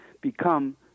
become